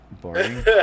boring